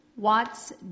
Watts